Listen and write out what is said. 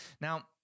Now